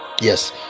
yes